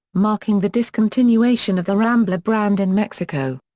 marking the discontinuation of the rambler brand in mexico.